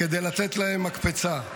כדי לתת להם מקפצה.